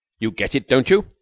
you get it, don't you?